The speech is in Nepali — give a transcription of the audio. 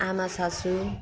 आमा सासू